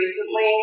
recently